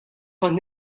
kont